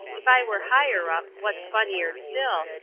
if i were higher up wat's funnier still,